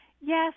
yes